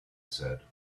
said